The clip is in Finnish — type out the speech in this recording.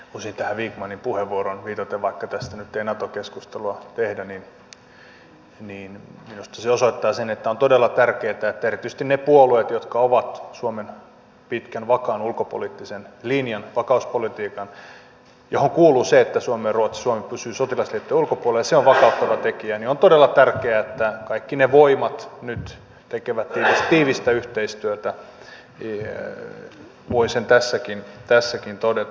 osin tähän vikmanin puheenvuoroon viitaten vaikka tästä nyt ei nato keskustelua tehdä sanon että minusta se osoittaa sen että on todella tärkeää että erityisesti ne puolueet jotka ovat suomen pitkän vakaan ulkopoliittisen linjan vakauspolitiikan johon kuuluu se että suomi pysyy sotilasliittojen ulkopuolella ja se on vakauttava tekijä kannalla kaikki ne voimat nyt tekevät tiivistä yhteistyötä sen voi tässäkin todeta